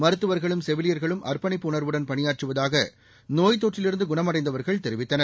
மருத்துவர்களும் செவிலியர்களும் அர்ப்பணிப்பு உணர்வுடன் பணியாற்றுவதாக நோய்த் தொற்றிலிருந்து குணமடைந்தவர்கள் தெரிவித்தனர்